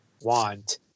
want